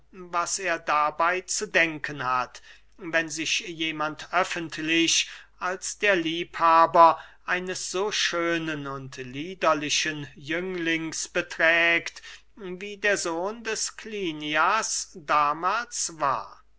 was er dabey zu denken hat wenn sich jemand öffentlich als der liebhaber eines so schönen und liederlichen jünglings beträgt wie der sohn des klinias damahls war